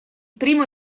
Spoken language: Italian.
primo